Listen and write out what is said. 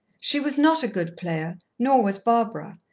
she was not a good player, nor was barbara,